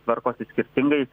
tvarkosi skirtingai